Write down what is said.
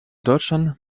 deutschland